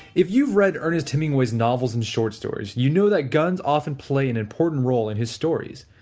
if you've read ernest hemingway's novels and short stories, you know that guns often play an important role in his stories,